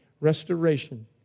Restoration